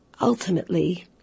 Ultimately